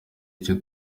icyo